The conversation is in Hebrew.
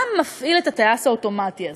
מה מפעיל את הטייס האוטומטי הזה.